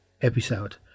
episode